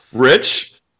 Rich